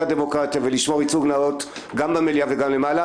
הדמוקרטיה ולשמור ייצוג נאות גם במליאה וגם למעלה,